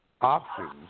options